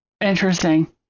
interesting